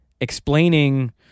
explaining